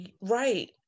right